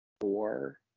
four